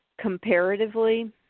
comparatively